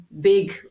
big